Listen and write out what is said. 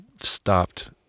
stopped